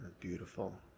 beautiful